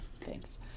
thanks